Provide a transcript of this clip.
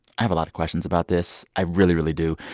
i have a lot of questions about this. i really, really do.